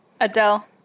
Adele